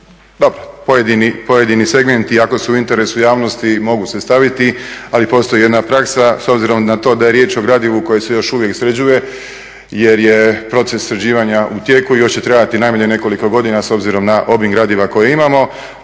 Dobro, pojedini segmenti ako su u interesu javnosti mogu se staviti, ali postoji jedna praksa s obzirom na to da je riječ o gradivu koje se još uvijek sređuje jer je proces sređivanja u tijeku i još će trajati najmanje nekoliko godina s obzirom na obim gradiva koje imamo.